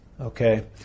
okay